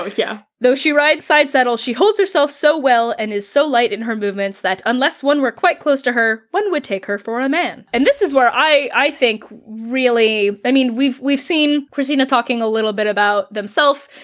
yeah though she rides side saddle, she holds herself so well and is so light in her movements that unless one were quite close to her, one would take her for a man. and this is where i i think, really i mean, we've we've seen kristina talking a little bit about themself,